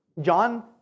John